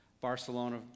Barcelona